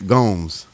Gomes